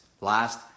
Last